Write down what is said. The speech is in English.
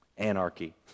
anarchy